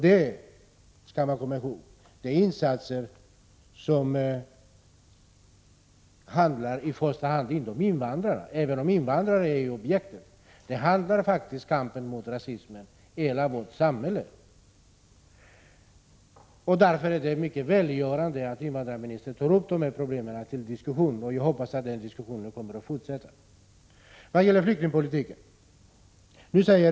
Vi skall komma i håg att i första hand handlar det inte om invandrare — även om invandrarna är objektet — utan om kampen mot rasismen i hela vårt samhälle. Därför är det mycket välgörande att invandrarministern tar upp dessa problem till diskussion, och jag hoppas att den diskussionen kommer att fortsätta.